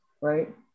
right